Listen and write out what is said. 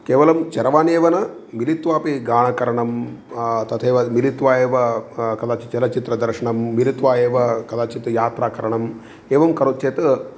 केवलं चरवाणी एव न मिलित्वापि गानकरणं तथैव मिलित्वा एव कदाचित् चलच्चित्रदर्शनं मिलित्वा एव कदाचित् यात्राकरणम् एवं करोति चेत्